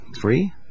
three